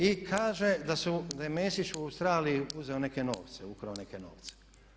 I kaže da su, da je Mesić u Australiji uzeo neke novce, ukrao neke novce.